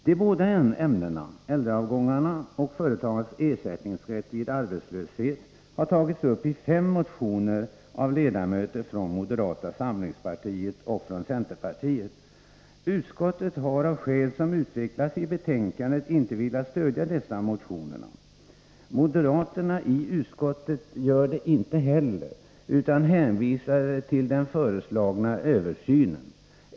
Dessa båda ämnen — äldreavgångar och företagares ersättningsrätt vid arbetslöshet — har tagits upp i fem motioner av ledamöter från moderata samlingspartiet och från centerpartiet. Utskottet har, av skäl som utvecklats i betänkandet, inte velat stödja dessa motioner. Moderaterna i utskottet gör det inte heller utan hänvisar till den föreslagna översynen.